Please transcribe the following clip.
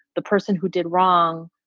the person who did wrong,